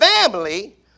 family